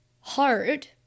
hard